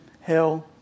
hell